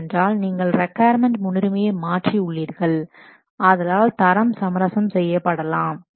ஏனென்றால் நீங்கள் ரிக்கொயர்மென்ட் முன்னுரிமையை மாற்றி உள்ளீர்கள் ஆதலால் தரம் சமரசம் செய்யப்படலாம்